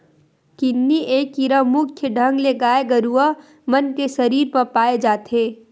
किन्नी ए कीरा मुख्य ढंग ले गाय गरुवा मन के सरीर म पाय जाथे